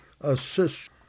assist